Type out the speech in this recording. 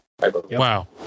wow